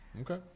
Okay